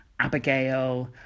Abigail